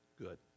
good